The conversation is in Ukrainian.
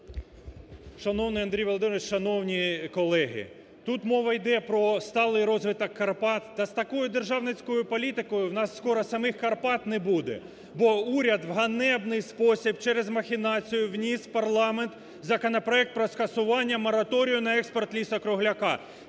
Шановний Андрій Володимирович, шановні колеги! Тут мова йде про сталий розвиток Карпат та з такою державницькою політикою у нас скоро самих Карпат не буде, бо уряд в ганебний спосіб, через махінацію, вніс в парламент законопроект про скасування мораторію на експорт лісу-кругляка.